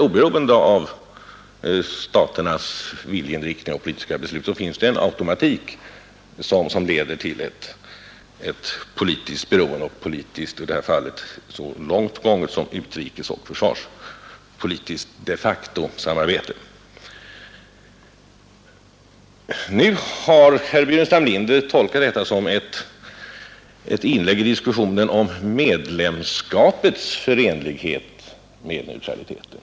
Oberoende av staternas viljeinriktning och politiska beslut skulle det finnas en automatik som leder till ett politiskt beroende — i detta fall så långt som till ett utrikesoch försvarspolitiskt de facto-samarbete. Nu har herr Burenstam Linder tolkat detta som ett inlägg i diskussionen om medlemskapets förenlighet med neutraliteten.